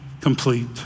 complete